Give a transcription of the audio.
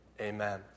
Amen